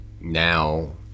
now